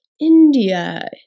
India